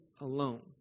alone